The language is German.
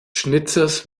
schnitzers